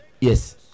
Yes